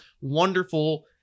wonderful